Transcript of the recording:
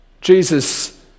Jesus